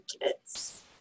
kids